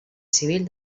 civil